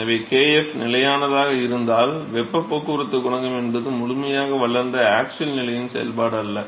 எனவே kf நிலையானதாக இருந்தால் வெப்பப் போக்குவரத்து குணகம் என்பது முழுமையாக வளர்ந்த ஆக்ஸியல் நிலையின் செயல்பாடு அல்ல